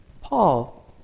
Paul